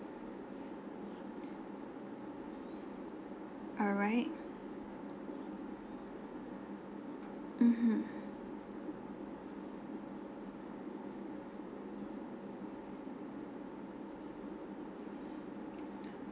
alright mmhmm